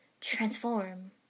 Transform